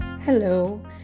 Hello